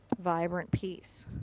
vibrant piece.